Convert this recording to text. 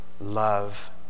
love